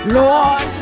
lord